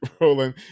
rolling